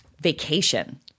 Vacation